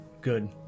Good